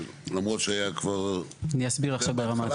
למרות שהיה כבר התחלה,